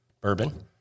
bourbon